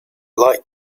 like